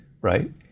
right